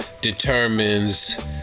Determines